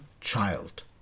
child